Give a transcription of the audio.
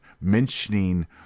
mentioning